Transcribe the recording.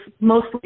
mostly